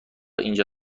اینجا